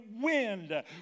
wind